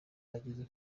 ageze